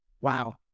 Wow